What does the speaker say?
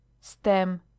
stem